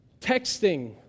Texting